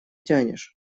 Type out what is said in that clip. тянешь